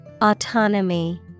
Autonomy